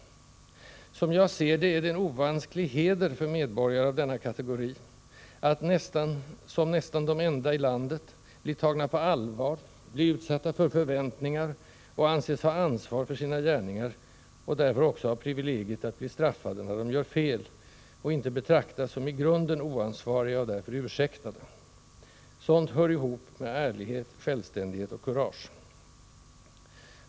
Som jag ser det är det en ovansklig heder för medborgare av denna kategori att — som nästan de enda i landet — bli tagna på allvar, bli utsatta för förväntningar, och anses ha ansvar för sina gärningar och därför också ha privilegiet att bli straffade när de gör fel och inte betraktas som i grunden oansvariga och därför ursäktade. Sådant hör ihop med ärlighet, självständighet och kurage.